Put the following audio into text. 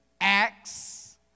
acts